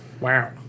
Wow